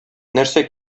нәрсә